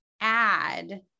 add